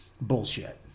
bullshit